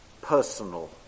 personal